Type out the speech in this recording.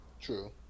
True